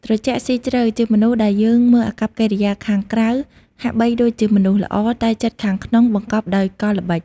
ត្រជាក់ស៊ីជ្រៅ ជាមនុស្សដែលយើងមើលអាកប្បកិរិយាខាងក្រៅហាក់បីដូចជាមនុស្សល្អ តែចិត្តខាងក្នុងបង្កប់ដោយកលល្បិច។